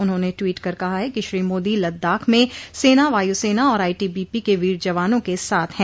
उन्होंने टवीट कर कहा है कि श्री मोदी लद्दाख में सेना वायुसेना और आईटीबीपी के वीर जवानों के साथ हैं